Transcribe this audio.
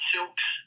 Silks